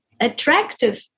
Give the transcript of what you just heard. Attractive